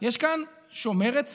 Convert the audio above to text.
יש כאן שומרת סף,